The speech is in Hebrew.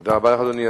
תודה רבה, אדוני.